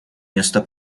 место